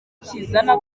kizana